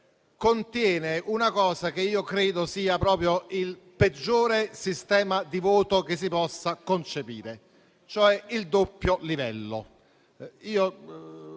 contiene quello che io credo sia il peggiore sistema di voto che si possa concepire, cioè il doppio livello.